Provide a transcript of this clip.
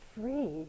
free